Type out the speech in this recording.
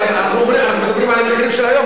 אבל אנחנו מדברים על המחירים של היום,